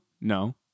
No